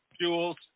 Jewels